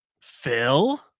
Phil